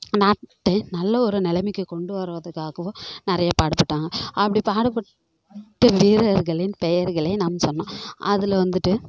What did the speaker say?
நாட்டை நல்லவொரு நிலமைக்கு கொண்டு வருவதுக்காகவும் நிறைய பாடுபட்டாங்க அப்படி பாடுபட்ட வீரர்களின் பெயர்களை நாம் சொன்னோம் அதில் வந்துட்டு